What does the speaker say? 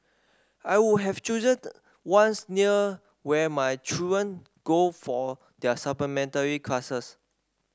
I would have chosen ones near where my children go for their supplementary classes